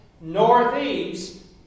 northeast